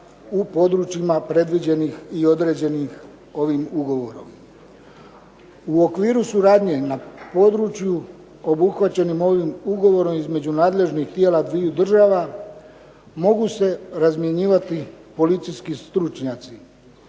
u područjima predviđenih i određenih ovim ugovorom. U okviru suradnje na području obuhvaćenim ovim ugovorom između nadležnih tijela dviju država, mogu se razmjenjivati policijski stručnjaci.